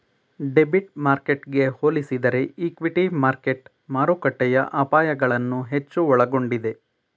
debit ಮಾರ್ಕೆಟ್ಗೆ ಹೋಲಿಸಿದರೆ equity market ಮಾರುಕಟ್ಟೆಯ ಅಪಾಯಗಳನ್ನು ಹೆಚ್ಚು ಒಳಗೊಂಡಿದೆ